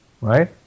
right